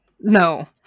No